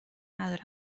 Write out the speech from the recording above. نداره